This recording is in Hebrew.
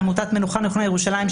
עמותת מנוחה נכונה ירושלים,